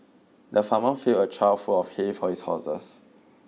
the farmer filled a trough full of hay for his horses